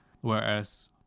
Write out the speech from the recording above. Whereas